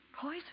Poison